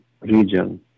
region